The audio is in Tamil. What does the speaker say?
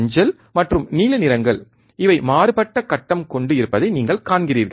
மஞ்சள் மற்றும் நீல நிறங்கள் இவை மாறுபட்ட கட்டம் கொண்டு இருப்பதை நீங்கள் காண்கிறீர்கள்